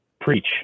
preach